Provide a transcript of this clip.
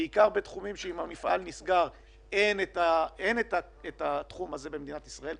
בעיקר בתחומים שאם המפעל נסגר אין את התחום הזה במדינת ישראל,